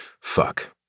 fuck